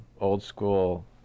old-school